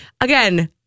again